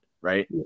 right